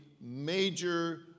major